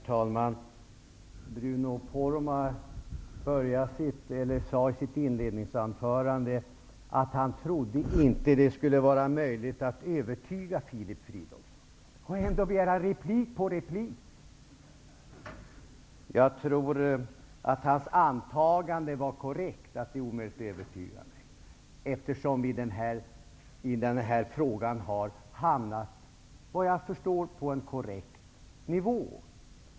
Herr talman! Bruno Poromaa sade i sitt inledningsanförande att han inte trodde att det skulle vara möjligt att övertyga Filip Fridolfsson, ändå begär han replik på replik. Jag tror att hans antagande att det är omöjligt att övertyga mig, var korrekt eftersom vi i den här frågan har hamnat på en, vad jag förstår, korrekt nivå.